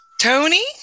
Tony